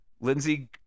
Lindsey